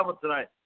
tonight